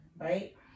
right